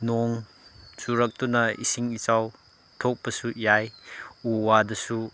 ꯅꯣꯡ ꯆꯨꯔꯛꯇꯨꯅ ꯏꯁꯤꯡ ꯏꯆꯥꯎ ꯊꯣꯛꯄꯁꯨ ꯌꯥꯏ ꯎ ꯋꯥꯗꯨꯁꯨ